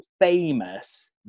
famous